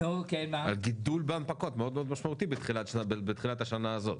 על גידול בהנפקות משמעותי מאוד בתחילת השנה הזאת.